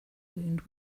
wound